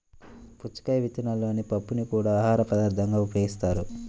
పుచ్చకాయ విత్తనాలలోని పప్పుని కూడా ఆహారపదార్థంగా ఉపయోగిస్తారు